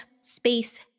space